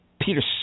Peter